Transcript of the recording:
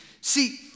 See